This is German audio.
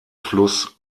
fluss